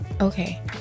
okay